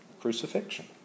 Crucifixion